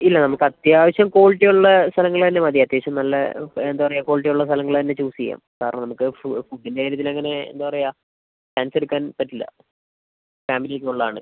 ഇല്ല നമുക്ക് അത്യാവശ്യം ക്വാളിറ്റിയുള്ള സ്ഥലങ്ങള് തന്നെ മതി അത്യാവശ്യം നല്ല എന്താ പറയുക ക്വാളിറ്റിയുള്ള സ്ഥലങ്ങള് തന്നെ ചൂസ് ചെയ്യാം കാരണം നമുക്ക് ഫുഡിൻ്റെ കാര്യത്തിലങ്ങനെ എന്താ പറയുക ചാൻസ് എടുക്കാൻ പറ്റില്ല ഫാമിലിയൊക്കെ ഉള്ളതാണ്